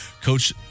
Coach